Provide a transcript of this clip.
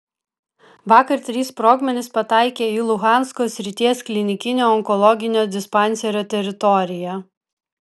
vakar trys sprogmenys pataikė į luhansko srities klinikinio onkologinio dispanserio teritoriją